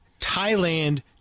Thailand